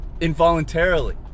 involuntarily